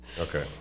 Okay